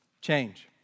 change